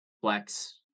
flex